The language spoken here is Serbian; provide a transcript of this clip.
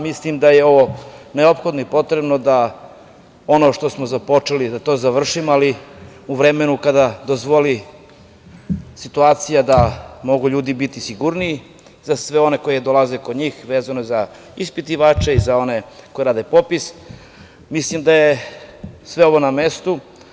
Mislim da je ovo neophodno i potrebno da ono što smo započeli da to završimo, ali u vremenu kada dozvoli situacija da mogu ljudi biti sigurniji, za sve one koji dolaze kod njih, vezano za ispitivače i za sve one koji rade popis, mislim da je sve ovo na mestu.